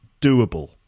doable